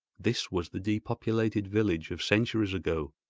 this was the depopulated village of centuries ago.